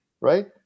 Right